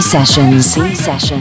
Sessions